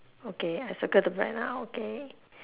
okay I circle the bread ah okay